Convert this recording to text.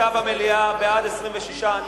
ומיכאל בן-ארי לוועדה שתקבע ועדת הכנסת נתקבלה.